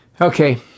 Okay